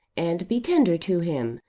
and be tender to him,